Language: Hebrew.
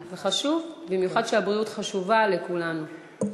זה חשוב, במיוחד שהבריאות חשובה לכולנו.